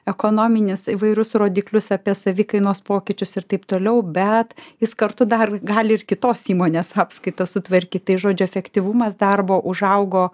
ekonominius įvairius rodiklius apie savikainos pokyčius ir taip toliau bet jis kartu dar gali ir kitos įmonės apskaitas sutvarkyt tai žodžiu efektyvumas darbo užaugo